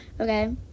Okay